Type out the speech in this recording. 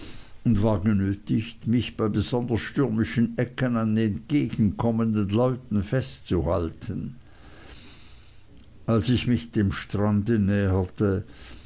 und war genötigt mich bei besonders stürmischen ecken an entgegenkommenden leuten festzuhalten als ich mich dem strande